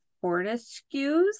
Fortescue's